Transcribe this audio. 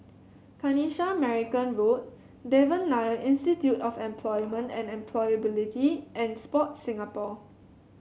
Kanisha Marican Road Devan Nair Institute of Employment and Employability and Sport Singapore